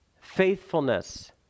faithfulness